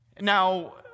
Now